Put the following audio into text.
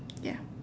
ya